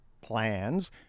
plans